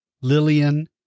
Lillian